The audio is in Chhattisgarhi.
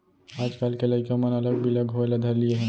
आजकाल के लइका मन अलग बिलग होय ल धर लिये हें